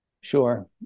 Sure